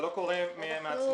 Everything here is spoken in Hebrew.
זה לא קורה מעצמו.